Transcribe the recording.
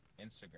Instagram